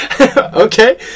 Okay